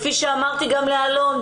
כפי שאמרתי לאלון,